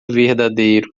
verdadeiro